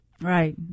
Right